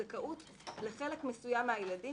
זכאות לחלק מסוים מהילדים,